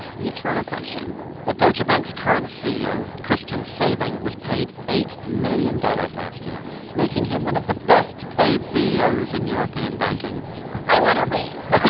ah the eternal question well, deutsche bank's current ceo, christian sewing, was paid eight million dollars last year, making him one of the best-paid ceos in european banking i want a raise oh,